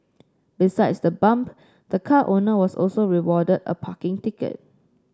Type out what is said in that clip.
besides the bump the car owner was also rewarded a parking ticket